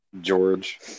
George